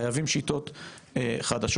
חייבים שיטות חדשות.